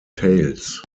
tails